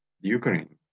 Ukraine